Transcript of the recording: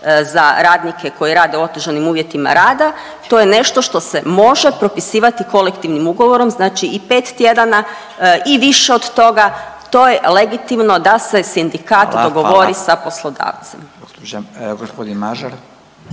za radnike koji rade u otežanim uvjetima rada, to je nešto što se može propisivati kolektivnim ugovorom, znači i 5 tjedana i više od toga, to je legitimno da se sindikat dogovori sa poslodavcem. **Radin,